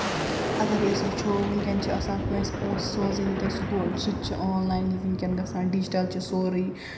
اَگرَے أسۍ وٕچھو وٕنکٮ۪ن چھِ آسان کٲنٛسہِ پونٛسہٕ سوزٕنۍ تہٕ سُہ گوٚو سُہ تہِ چھُ آنلاینٕے وٕنکٮ۪ن گژھان ڈِجٹَل چھُ سورُے